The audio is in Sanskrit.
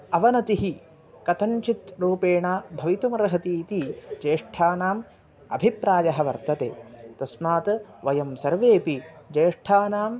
अवनतिः कथञ्चित् रूपेण भवितुमर्हति इति ज्येष्ठानाम् अभिप्रायः वर्तते तस्मात् वयं सर्वेपि ज्येष्ठानां